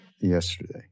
yesterday